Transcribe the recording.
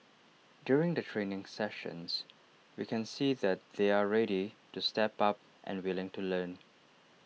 during the training sessions we can see that they're ready to step up and willing to learn